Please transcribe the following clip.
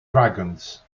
dragons